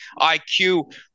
IQ